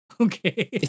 Okay